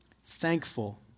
thankful